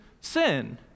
sin